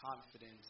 confidence